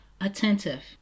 attentive